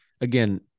again